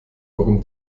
warum